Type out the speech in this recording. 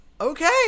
Okay